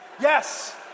yes